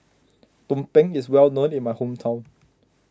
Tumpeng is well known in my hometown